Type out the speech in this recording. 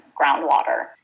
groundwater